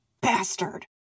Bastard